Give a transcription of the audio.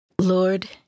Lord